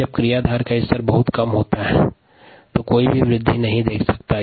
जब क्रियाधार स्तर निम्न होता है तब कोई वृद्धि नहीं दिखता है